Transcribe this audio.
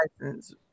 license